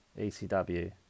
ECW